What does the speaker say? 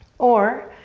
or,